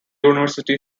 university